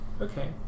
Okay